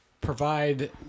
provide